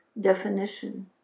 definition